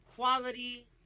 Quality